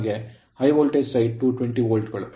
high voltage side 220 volt ಗಳು